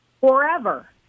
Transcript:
forever